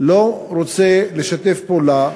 לא רוצה לשתף פעולה,